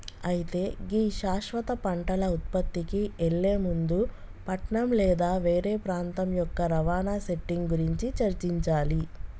అయితే గీ శాశ్వత పంటల ఉత్పత్తికి ఎళ్లే ముందు పట్నం లేదా వేరే ప్రాంతం యొక్క రవాణా సెట్టింగ్ గురించి చర్చించాలి